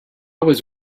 was